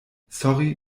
sorry